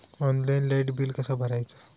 Online light bill कसा भरायचा?